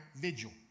vigil